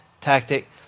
tactic